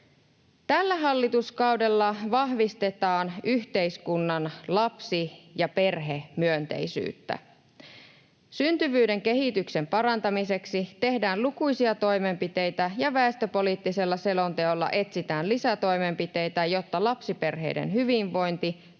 Tällä hallituskaudella vahvistetaan yhteiskunnan lapsi- ja perhemyönteisyyttä. Syntyvyyden kehityksen parantamiseksi tehdään lukuisia toimenpiteitä ja väestöpoliittisella selonteolla etsitään lisätoimenpiteitä, jotta lapsiperheiden hyvinvointi,